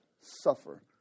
suffer